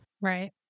Right